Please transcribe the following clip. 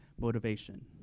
motivation